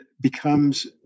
becomes